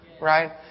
Right